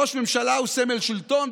ראש ממשלה הוא סמל שלטון,